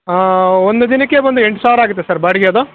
ಹಾಂ ಒಂದು ದಿನಕ್ಕೆ ಒಂದು ಎಂಟು ಸಾವಿರ ಆಗುತ್ತೆ ಸರ್ ಬಾಡಿಗೆ ಅದು